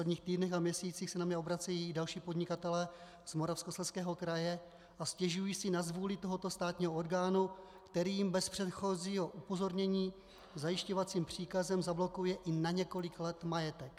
V posledních týdnech a měsících se na mě obracejí další podnikatelé z Moravskoslezského kraje a stěžují si na zvůli tohoto státního orgánu, který jim bez předchozího upozornění zajišťovacím příkazem zablokuje i na několik let majetek.